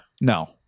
No